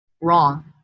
wrong